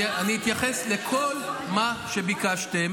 אני אתייחס לכל מה שביקשתם.